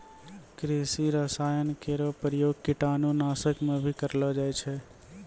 कृषि रसायन केरो प्रयोग कीटाणु नाशक म भी करलो जाय छै